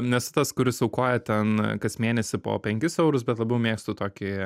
nesu tas kuris aukoja ten kas mėnesį po penkis eurus bet labiau mėgstu tokį